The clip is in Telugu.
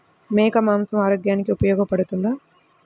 మేక మాంసం ఆరోగ్యానికి ఉపయోగపడుతుందా?